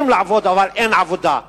רוצים לעבוד אבל אין עבודה.